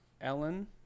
Ellen